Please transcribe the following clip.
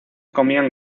comían